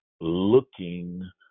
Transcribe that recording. looking